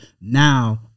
Now